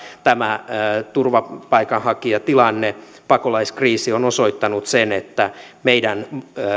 tämä turvapaikanhakijatilanne pakolaiskriisi on osoittanut sen että meidän